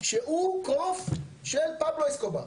הסתבר שהוא קוף של סוחר סמים.